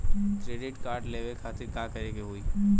Credit card लेवे खातिर का करे के होई?